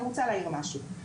אני רוצה להעיר משהו.